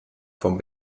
von